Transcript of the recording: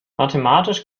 mathematisch